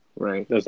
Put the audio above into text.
Right